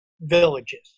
villages